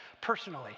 personally